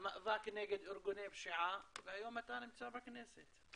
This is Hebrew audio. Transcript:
המאבק נגד ארגוני הפשיעה והיום אתה נמצא בכנסת.